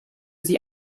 sie